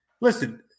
listen